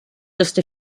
just